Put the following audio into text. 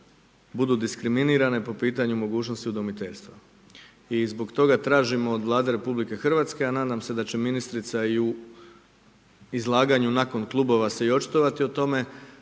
budu diskriminirane po pitanju mogućnosti udomiteljstva. I zbog toga tražimo od Vlade Republike Hrvatske, a nadam se da će ministrica i u izlaganju nakon klubova se i očitovati o tome,